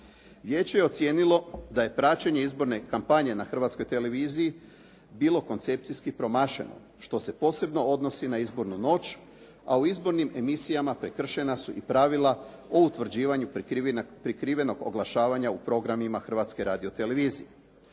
Vijeće je ocijenilo da je praćenje izborne kampanje na Hrvatskoj televiziji bilo koncepcijski promašeno što se posebno odnosi na izbornu noć a u izbornim emisijama prekršena su i pravila o utvrđivanju prikrivenog oglašavanja u programima Hrvatske radio-televizije.